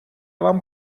вам